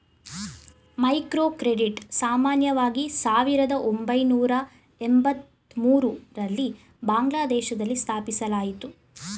microcredit ಸಾಮಾನ್ಯವಾಗಿ ಸಾವಿರದ ಒಂಬೈನೂರ ಎಂಬತ್ತಮೂರು ರಲ್ಲಿ ಬಾಂಗ್ಲಾದೇಶದಲ್ಲಿ ಸ್ಥಾಪಿಸಲಾಯಿತು